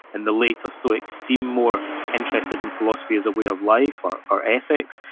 and the later stoics seem more interested in philosophy as a way of life, or or ethics,